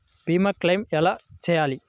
భీమ క్లెయిం ఎలా చేయాలి?